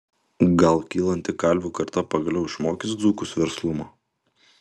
gal kylanti kalvių karta pagaliau išmokys dzūkus verslumo